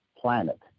planet